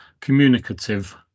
communicative